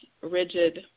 rigid